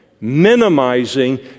minimizing